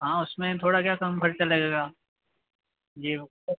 हाँ उसमें थोड़ा क्या कम ख़र्चा लगेगा जी ओके